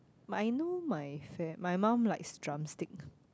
but I know my fa~ my mum likes drumstick